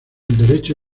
derecho